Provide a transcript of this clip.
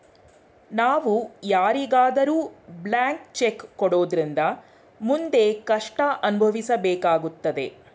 ನಾವು ಯಾರಿಗಾದರೂ blank cheque ಕೊಡೋದ್ರಿಂದ ಮುಂದೆ ಕಷ್ಟ ಅನುಭವಿಸಬೇಕಾಗುತ್ತದೆ